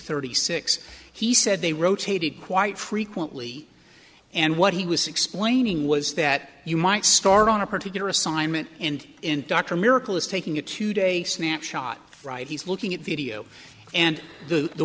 thirty six he said they rotated quite frequently and what he was explaining was that you might start on a particular assignment and in dr miracle is taking a two day snapshot right he's looking at video and the